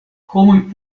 homoj